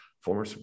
former